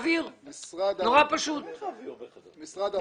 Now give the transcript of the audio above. חברי כנסת,